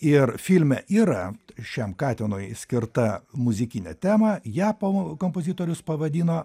ir filme yra šiam katinui skirta muzikinę temą ją po kompozitorius pavadino